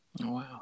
wow